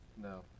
No